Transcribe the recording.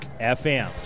FM